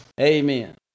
Amen